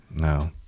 No